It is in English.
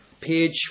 page